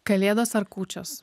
kalėdos ar kūčios